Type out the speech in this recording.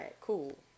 cool